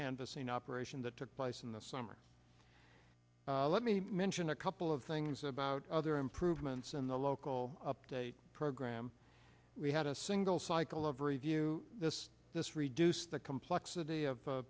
canvassing operation that took place in the summer let me mention a couple of things about other improvements in the local update program we had a single cycle of review this this reduce the complexity of